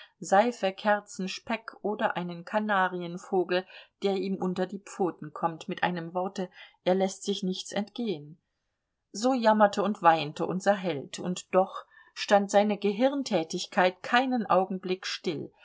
seife kerzen speck oder einen kanarienvogel der ihm unter die pfoten kommt mit einem worte er läßt sich nichts entgehen so jammerte und weinte unser held und doch stand seine gehirntätigkeit keinen augenblick still